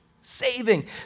saving